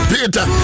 Peter